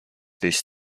this